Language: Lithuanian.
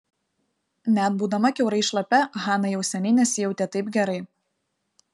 net būdama kiaurai šlapia hana jau seniai nesijautė taip gerai